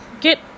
get